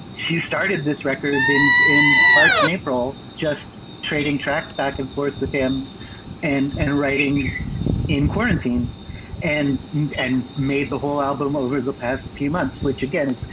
she started this record in in march and april, just trading tracks back and forth with them and and writing in quarantine and and made the whole album over the past few months, which, again,